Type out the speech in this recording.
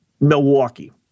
Milwaukee